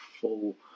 full